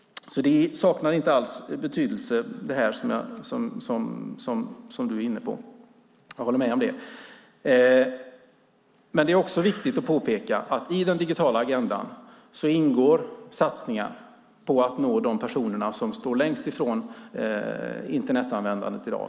Jag håller med om att vad Siv Holma är inne på inte saknar betydelse. Det är också viktigt att påpeka att i den digitala agendan ingår satsningar på att nå de personer som står längst ifrån Internetanvändandet i dag.